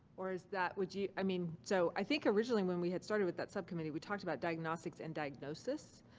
or is that. would you. i mean, so i think originally when we had started with that subcommittee we talked about diagnostics and diagnosis.